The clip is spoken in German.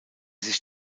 sich